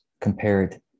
compared